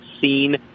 seen